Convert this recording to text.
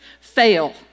fail